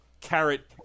carrot